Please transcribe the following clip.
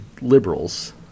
liberals